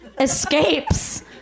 escapes